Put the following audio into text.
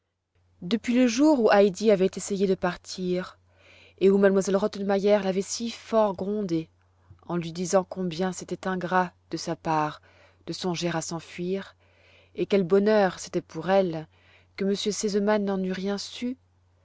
depuis le jour où heidi avait essayé de partir et où m elle rottenmeier l'avait si fort grondée en lui disant combien c'était ingrat de sa part de songer à s'enfuir et quel bonheur c'était pour elle que m r sesemann n'en eût rien su